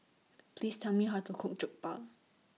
Please Tell Me How to Cook Jokbal